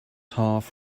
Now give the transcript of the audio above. half